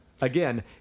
Again